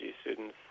students